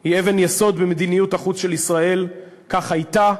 היא אבן יסוד במדיניות החוץ של ישראל, כך הייתה,